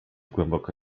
głęboko